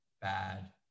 bad